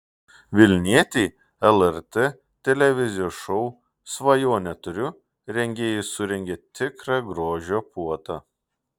vilnietei lrt televizijos šou svajonę turiu rengėjai surengė tikrą grožio puotą